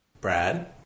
Brad